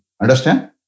Understand